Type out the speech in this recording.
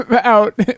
out